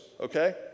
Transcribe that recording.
okay